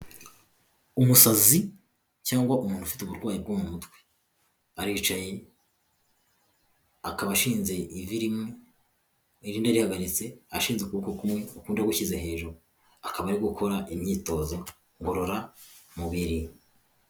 Umusazi cyangwa umuntu ufite uburwayi bwo mu mutwe, aricaye akaba ashinze ivi rimwe irindi arihagaritse ashinze ukuboko kumwe akundi agushyira hejuru, akaba gukora imyitozo ngororamubiri.